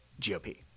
GOP